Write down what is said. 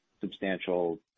substantial